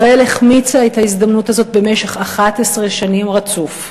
ישראל החמיצה את ההזדמנות הזאת במשך 11 שנים רצוף.